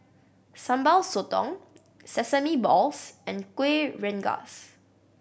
Sambal Sotong sesame balls and Kuih Rengas